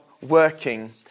working